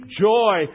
joy